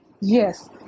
Yes